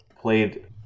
played